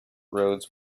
roads